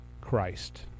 Christ